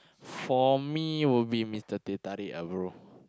for me would be Mister-Teh-Tarik ah bro